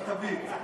אל תביט.